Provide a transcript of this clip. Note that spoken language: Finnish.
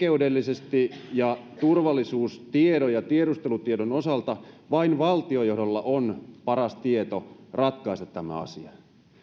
oikeudellisesti ja turvallisuustiedon ja tiedustelutiedon osalta vain valtiojohdolla on paras tieto ratkaista tämä asia